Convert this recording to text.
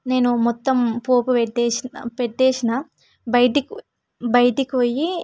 నేను మొత్తం పోపు పెట్టేసి పెట్టేసాను బయటికి బయటికి పోయి